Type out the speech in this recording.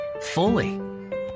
fully